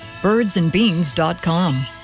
Birdsandbeans.com